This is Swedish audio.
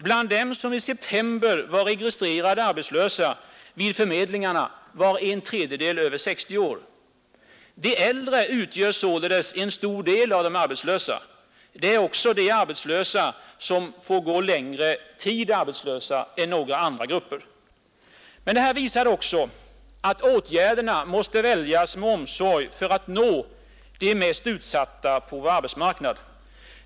Bland dem som i september var registrerade arbetslösa vid förmedlingarna var en tredjedel över 60 år. De äldre utgör således en stor del av de arbetslösa. Det är också de som får gå längre tid arbetslösa än några andra grupper. Men det här visar också att åtgärderna måste väljas med omsorg för att nå de mest utsatta på vår arbetsmarknad.